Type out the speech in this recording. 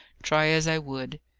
try as i would.